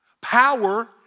Power